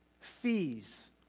fees